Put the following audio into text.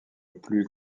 plus